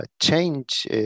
change